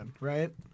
right